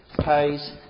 pays